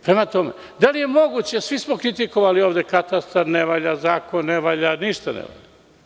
Prema tome, da li je moguće svi smo kritikovali ovde katastar ne valja, zakon ne valja, ništa ne valja.